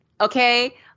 okay